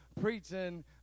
preaching